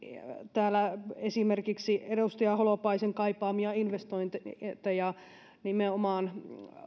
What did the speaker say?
täällä esimerkiksi edustaja holopaisen kaipaamia investointeja nimenomaan